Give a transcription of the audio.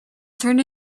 turned